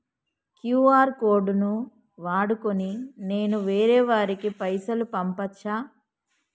QR code ను వాడుకొని నేను వేరే వారికి పైసలు పంపచ్చా?